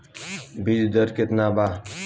बीज दर केतना बा?